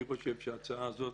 לכן אני חושב שההצעה הזאת